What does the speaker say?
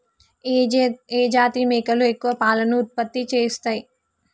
ఏ జాతి మేకలు ఎక్కువ పాలను ఉత్పత్తి చేస్తయ్?